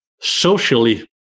socially